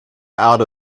out